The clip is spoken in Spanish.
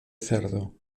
cerdo